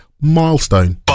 milestone